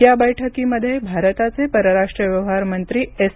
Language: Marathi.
या बैठकीमध्ये भारताचे परराष्ट्र व्यवहार मंत्री एस